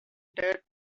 that